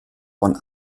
von